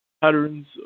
patterns